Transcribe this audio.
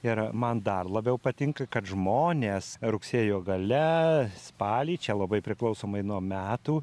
ir man dar labiau patinka kad žmonės rugsėjo gale spalį čia labai priklausomai nuo metų